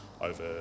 over